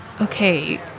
okay